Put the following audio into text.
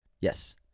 Yes